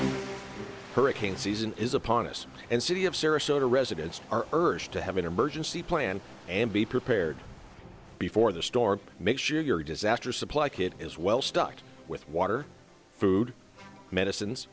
season is upon us and city of sarasota residents are urged to have an emergency plan and be prepared before the storm make sure your disaster supply kit is well stocked with water food medicines